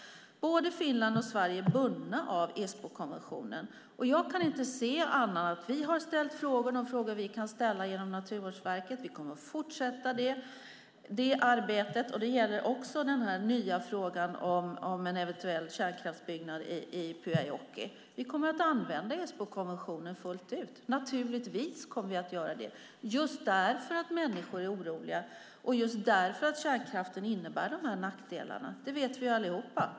Både Sverige och Finland är bundna av Esbokonventionen. Vi har ställt de frågor vi kan ställa genom Naturvårdsverket. Vi kommer att fortsätta det arbetet. Det gäller också den nya frågan om en eventuell kärnkraftsbyggnad i Pyhäjoki. Vi kommer att använda Esbokonventionen fullt ut. Det kommer vi naturligtvis att göra eftersom människor är oroliga och eftersom kärnkraften innebär de här nackdelarna. Det vet vi allihop.